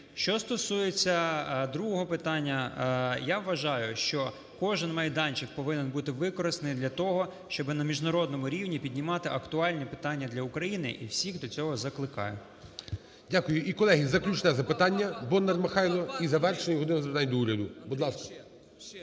Що стосується другого питання, я вважаю, що кожен майданчик повинен бути використаний для того, щоби на міжнародному рівні піднімати актуальне питання для України, і всіх до цього закликаємо. ГОЛОВУЮЧИЙ. Дякую. І, колеги, заключне запитання. Бондар Михайло. І завершуємо "годину запитань до Уряду". Будь ласка.